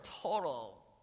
total